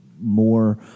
more